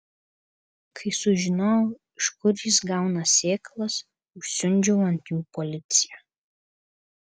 kai sužinojau iš kur jis gauna sėklas užsiundžiau ant jų policiją